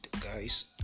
guys